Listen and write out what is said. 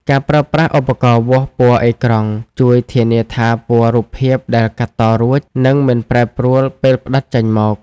ការប្រើប្រាស់ឧបករណ៍វាស់ពណ៌អេក្រង់ ជួយធានាថាពណ៌រូបភាពដែលកាត់តរួចនឹងមិនប្រែប្រួលពេលផ្ដិតចេញមក។